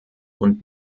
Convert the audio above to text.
und